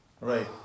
Right